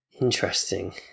interesting